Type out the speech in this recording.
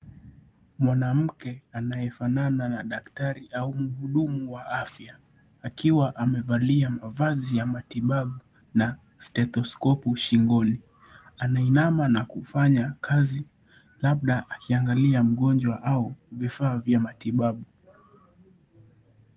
Mwanamke anayefanana na daktari au mhudumu wa afya akiwa amevalia mavazi ya matibabu na stethosckopu shingoni anainama na kufanya kazi labda akiangalia mgonjwa au vifaa vya matibabu.